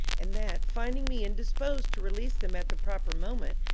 and that, finding me indisposed to release them at the proper moment,